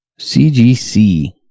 CGC